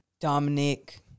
Dominic